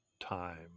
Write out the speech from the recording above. time